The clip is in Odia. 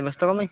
ବ୍ୟସ୍ତ କ'ଣ ପାଇଁ